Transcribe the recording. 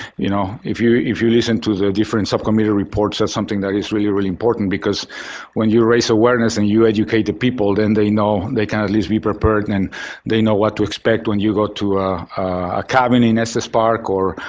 you know, if you if you listen to the different subcommittee reports, that's something that is really, really important because when you raise awareness and you educate the people, then they know they can at least be prepared and they know what to expect when you go to a cabin in estes park or